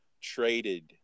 traded